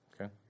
Okay